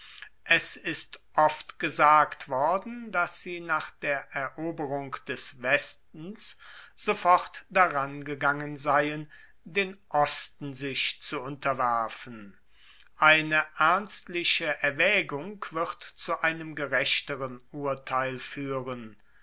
es ist oft gesagt worden dass sie nach der eroberung des westens sofort daran gegangen seien den osten sich zu unterwerfen eine ernstliche erwaegung wird zu einem gerechteren urteil fuehren